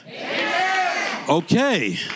Okay